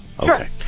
Okay